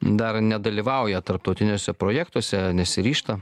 dar nedalyvauja tarptautiniuose projektuose nesiryžta